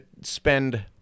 spend